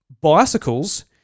bicycles